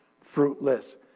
fruitless